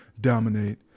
dominate